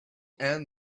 end